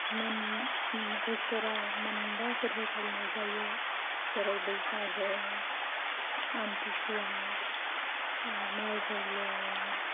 मोन बोसोराव मोनबा फोरबो फालिनाय जायो जेरै बैसागु आमथिसुवा माइ गोरलै